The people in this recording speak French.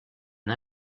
une